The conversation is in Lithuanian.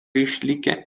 išlikę